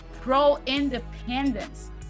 pro-independence